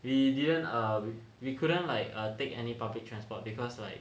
we didn't uh we couldn't like take any public transport because like